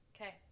Okay